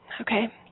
Okay